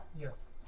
Yes